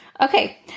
Okay